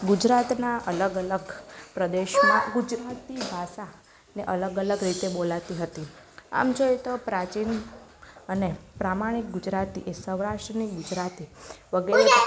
ગુજરાતના અલગ અલગ પ્રદેશો ગુજરાતની ભાષાને અલગ અલગ રીતે બોલાતી હતી આમ જોઈએ તો પ્રાચીન અને પ્રામાણિક ગુજરાતી એ સૌરાષ્ટ્રની ગુજરાતી વગેરે